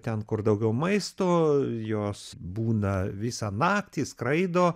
ten kur daugiau maisto jos būna visą naktį skraido